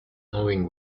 knowing